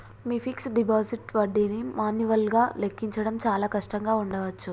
మీ fixed deposit వడ్డీని మాన్యువల్గా లెక్కించడం చాలా కష్టంగా ఉండచ్చు